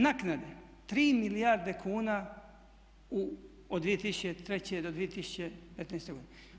Naknade 3 milijarde kuna od 2003. do 2015. godine.